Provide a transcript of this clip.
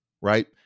right